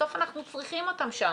בסוף אנחנו צריכים אותם שם.